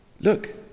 look